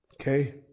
Okay